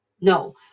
no